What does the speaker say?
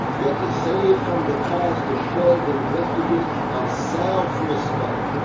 yet to save from the past the shreds and vestiges of self-respect